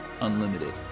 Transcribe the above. unlimited